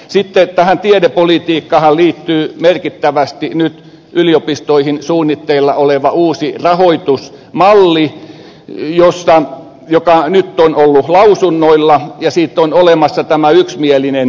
sitten tähän tiedepolitiikkaanhan liittyy merkittävästi nyt yliopistoihin suunnitteilla oleva uusi rahoitusmalli joka nyt on ollut lausunnoilla ja siitä on olemassa tämä yksimielinen esitys